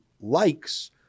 likes